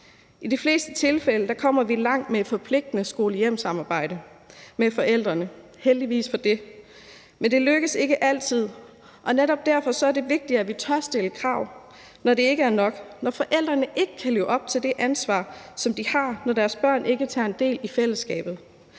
I de fleste tilfælde kommer vi langt med et forpligtende skole-hjem-samarbejde med forældrene, og heldigvis for det. Men det lykkes ikke altid, og netop derfor er det vigtigt, at vi tør stille krav, når det ikke er nok, og når forældrene ikke kan leve op til det ansvar, som de har, når deres børn ikke tager del i fællesskabet.